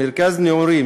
מרכזי נעורים,